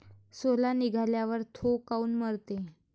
सोला निघाल्यावर थो काऊन मरते?